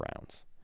rounds